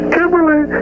Kimberly